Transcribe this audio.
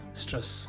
stress